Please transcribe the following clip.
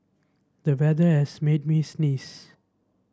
the weather as made me sneeze